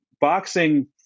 boxing